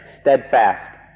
steadfast